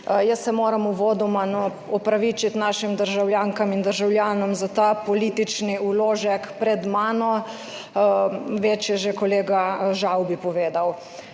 se moram opravičiti našim državljankam in državljanom za ta politični vložek pred mano. Več je že kolega Žavbi povedal.